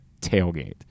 tailgate